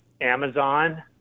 Amazon